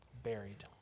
buried